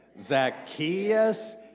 Zacchaeus